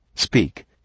Speak